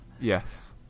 Yes